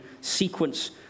sequence